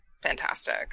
fantastic